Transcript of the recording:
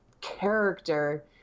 character